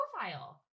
profile